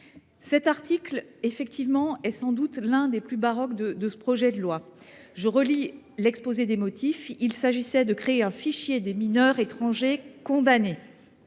Cet article est sans doute l’un des plus baroques du projet de loi. Selon l’exposé des motifs, il s’agit de créer un fichier des mineurs étrangers condamnés.